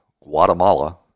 guatemala